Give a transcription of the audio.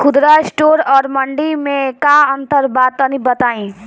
खुदरा स्टोर और मंडी में का अंतर बा तनी बताई?